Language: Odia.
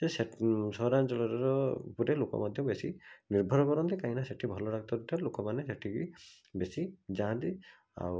ଯେ ସେ ସହରାଞ୍ଚଳର ର ଗୋଟେ ଲୋକ ମଧ୍ୟ ବେଶି ନିର୍ଭରକରନ୍ତି କାଇଁକିନା ସେଠି ଭଲ ଡ଼ାକ୍ତରଠାରୁ ଲୋକମାନେ ସେଠିକି ବେଶି ଯାଆନ୍ତି ଆଉ